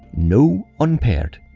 no unpaired.